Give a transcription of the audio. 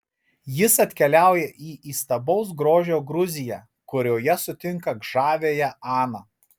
jis atkeliauja į įstabaus grožio gruziją kurioje sutinka žaviąją aną